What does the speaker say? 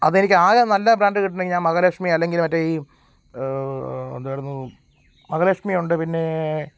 അതെനിക്കാകെ നല്ല ബ്രാൻ്റ് കിട്ടണമെങ്കിൽ ഞാൻ മഹാലക്ഷ്മി അല്ലെങ്കിൽ മറ്റേ ഈ എന്തായിരുന്നു മഹാലക്ഷ്മിയുണ്ട് പിന്നേ